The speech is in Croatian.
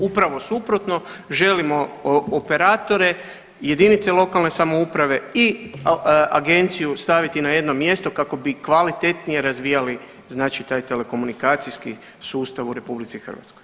Upravo suprotno želimo operatore, jedinice lokalne samouprava i agenciju staviti na jedno mjesto kako bi kvalitetnije razvijali znači taj telekomunikacijski sustav u RH.